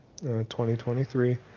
2023